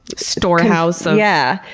storehouse so yeah